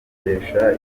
tubikesha